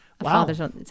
Wow